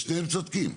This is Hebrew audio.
ושניהם צודקים.